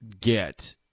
get